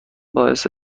باعث